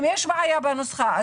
אם יש בעיה בנוסחה,